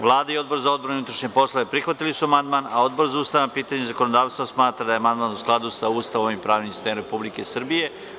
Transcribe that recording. Vlada i Odbor za odbranu i unutrašnje poslove prihvatili su amandman, a Odbor za ustavna pitanja i zakonodavstvo smatra da je amandman u skladu sa Ustavom i pravnim sistemom Republike Srbije.